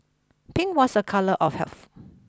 pink was a colour of health